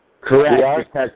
Correct